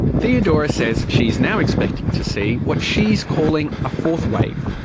theodora says she is now expecting to see what she's calling a fourth wave.